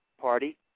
party